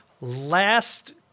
last